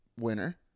winner